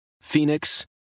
Phoenix